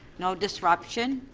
no disruption.